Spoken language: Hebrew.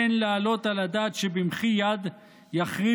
אין להעלות על הדעת שבמחי יד יחריבו